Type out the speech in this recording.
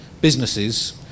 businesses